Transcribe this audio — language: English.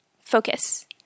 focus